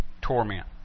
torment